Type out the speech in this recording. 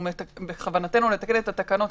בכוונתנו לתקן את התקנות,